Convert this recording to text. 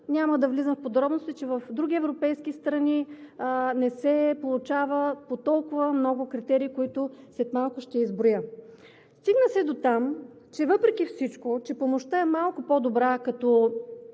Няма да влизам в подробности, че в други европейски страни не се получава по толкова много критерии, които след малко ще изброя. Стигна се дотам, въпреки че помощта е малко по-добра като